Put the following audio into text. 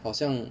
好像